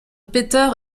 peter